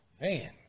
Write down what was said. Man